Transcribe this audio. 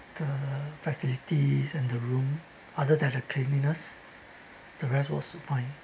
the facilities and the room other than the cleanliness the rest was fine